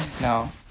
No